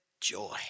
joy